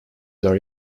are